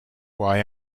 why